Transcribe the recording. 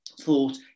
thought